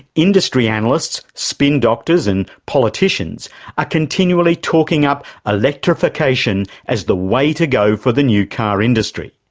industry analysts, spin doctors and politicians are continually talking up electrification as the way to go for the new car industry.